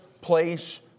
place